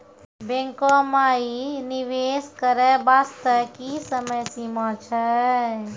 बैंको माई निवेश करे बास्ते की समय सीमा छै?